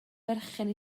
berchen